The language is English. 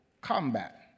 combat